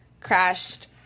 crashed